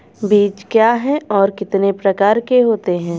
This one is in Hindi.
बीज क्या है और कितने प्रकार के होते हैं?